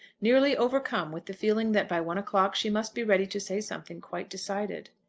nearly overcome with the feeling that by one o'clock she must be ready to say something quite decided.